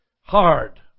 hard